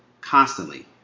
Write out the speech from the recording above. constantly